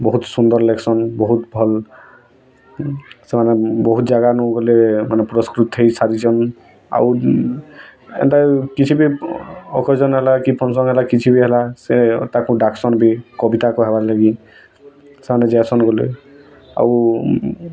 ବହୁତ୍ ସୁନ୍ଦର ଳେଖ୍ସନ୍ ବହୁତ୍ ଭଲ୍ ସେମାନେ ବହୁତ୍ ଜାଗାନୁ ଗଲେ ମାନେ ପୁରସ୍କୃତ୍ ହେଇ ସାରିଛନ୍ ଆଉ ଏନ୍ତା କିଛି ବି ଅକେଜନ୍ ହେଲା କି ଫଙ୍କସନ୍ ହେଲା କିଛି ବି ହେଲା ସେ ତାଙ୍କୁ ଡାକ୍ସନ୍ ବି କବିତା କୁହାବାର୍ ଲାଗି ସେମାନେ ଯାଇସନ୍ ଗଲେ ଆଉ